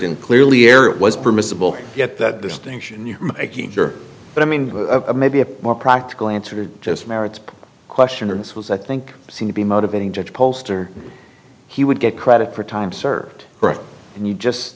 in clearly error it was permissible yet that distinction you're making sure but i mean maybe a more practical answer just merits question and this was i think seem to be motivating judge poster he would get credit for time served and you just